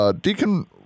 Deacon